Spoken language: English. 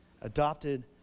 adopted